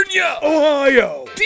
Ohio